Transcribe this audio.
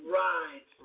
rise